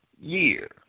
year